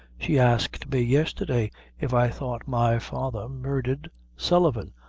she asked me yestherday if i thought my father murdhered sullivan.